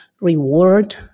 reward